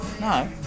no